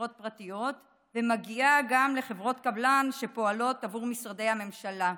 בחברות פרטיות ומגיעה גם לחברות קבלן שפועלות עבור משרדי הממשלה.